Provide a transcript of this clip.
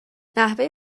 نحوه